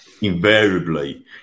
invariably